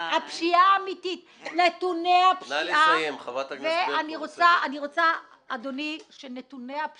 כי נתוני הפשיעה --- נא לסיים, חברת הכנסת